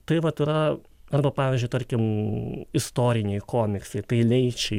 tai vat yra arba pavyzdžiui tarkim istoriniai komiksai tai leičiai